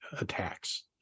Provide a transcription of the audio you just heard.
attacks